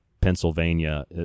Pennsylvania